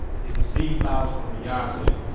he's received flowers from beyonce.